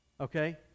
Okay